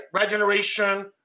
regeneration